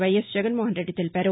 YS Jagan Mohan Reddy తెలిపారు